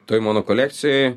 toj mano kolekcijoj